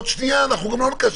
עוד שנייה אנחנו גם לא נקשקש סתם.